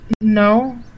No